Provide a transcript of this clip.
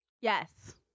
Yes